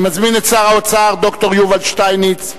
אני מזמין את שר האוצר ד"ר יובל שטייניץ.